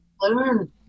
learn